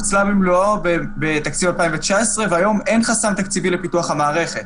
התקציב הוקצה במלואו בתקציב 2019 והיום אין חסם תקציבי לפיתוח המערכת.